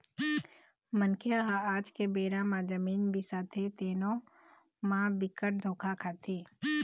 मनखे ह आज के बेरा म जमीन बिसाथे तेनो म बिकट धोखा खाथे